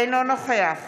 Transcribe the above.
אינו נוכח